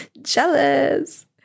Jealous